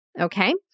Okay